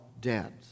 dead